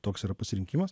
toks yra pasirinkimas